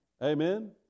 Amen